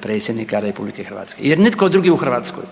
predsjednika RH jer nitko drugi u Hrvatskoj